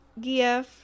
GF